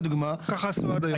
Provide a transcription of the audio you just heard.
קח את נתיבות לדוגמה,